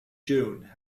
june